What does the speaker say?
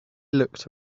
looked